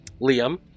Liam